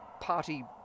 party